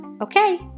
Okay